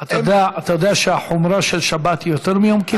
אתה יודע שהחומרה של שבת היא יותר מיום כיפור?